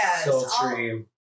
sultry